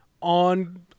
on